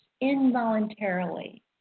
involuntarily